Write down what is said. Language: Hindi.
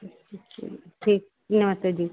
अच्छा चलो ठीक नमस्ते दी